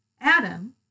Adam